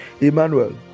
Emmanuel